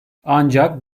ancak